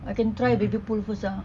I can try baby pool first ah